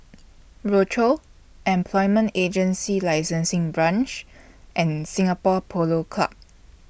Rochor Employment Agency Licensing Branch and Singapore Polo Club